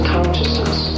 Consciousness